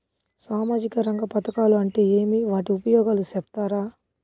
సామాజిక రంగ పథకాలు అంటే ఏమి? వాటి ఉపయోగాలు సెప్తారా?